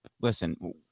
Listen